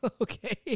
Okay